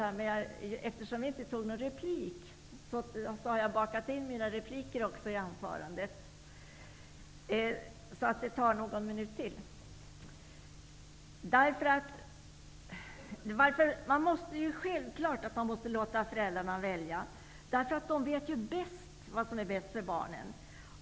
Men eftersom replik inte begärts har jag bakat in i detta anförande vad jag skulle ha sagt i repliker. Jag behöver därför ytterligare någon minut. Självfallet måste föräldrarna få välja. De vet ju bäst vad som är bäst för barnen.